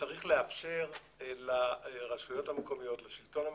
וצריך לאפשר לרשויות המקומיות, לשלטון המקומי,